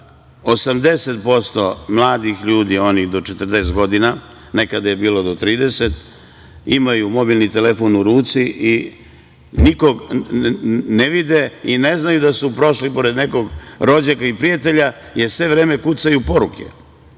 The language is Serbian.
80% mladih ljudi, onih do 40 godina, nekada je bilo do 30, imaju mobilni telefon u ruci i nikog ne vide i ne znaju da su prošli pored nekog rođaka i prijatelja, jer sve vreme kucaju poruke